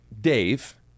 Dave